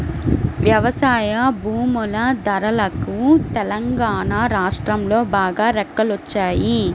వ్యవసాయ భూముల ధరలకు తెలంగాణా రాష్ట్రంలో బాగా రెక్కలొచ్చాయి